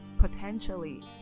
potentially